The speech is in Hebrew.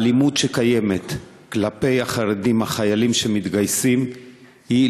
האלימות שקיימת כלפי החרדים החיילים שמתגייסים היא,